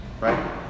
right